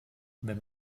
wenn